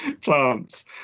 plants